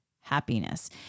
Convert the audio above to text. happiness